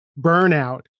burnout